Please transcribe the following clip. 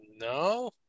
No